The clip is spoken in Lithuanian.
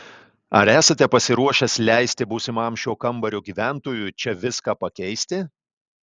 ar esate pasiruošęs leisti būsimam šio kambario gyventojui čia viską pakeisti